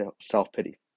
self-pity